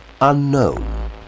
unknown